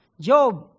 Job